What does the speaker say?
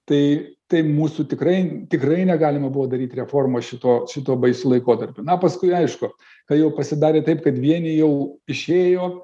tai tai mūsų tikrai tikrai negalima buvo daryt reformos šituo šituo baisiu laikotarpiu na paskui aišku kai jau pasidarė taip kad vieni jau išėjo